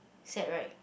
sad right